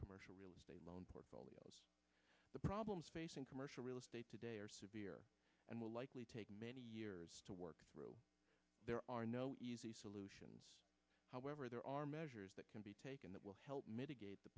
commercial loan portfolios the problems facing commercial real estate today are severe and will likely take many years to work through there are no easy solutions however there are measures that can be taken that will help mitigate the